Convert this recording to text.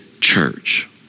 church